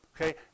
Okay